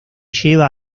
lleva